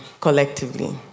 collectively